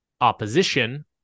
opposition